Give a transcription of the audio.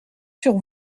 sur